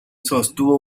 sostuvo